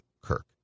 Kirk